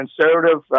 Conservative